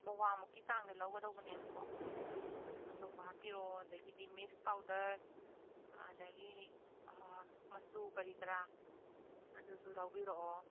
ꯄꯋꯥꯃꯨꯛꯀꯤ ꯆꯥꯡꯗ ꯂꯧꯒꯗꯧꯕꯅꯦꯕꯀꯣ ꯑꯆꯧꯕ ꯍꯥꯞꯄꯤꯔꯛꯑꯣ ꯑꯗꯒꯤꯗꯤ ꯃꯤꯁ ꯄꯥꯎꯗꯔ ꯑꯗꯒꯤ ꯃꯆꯨ ꯀꯔꯤ ꯀꯔꯥ ꯑꯗꯨꯁꯨ ꯌꯥꯎꯕꯤꯔꯛꯑꯣ